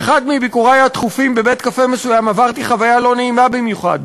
באחד מביקורַי התכופים בבית-קפה מסוים עברתי חוויה לא נעימה במיוחד.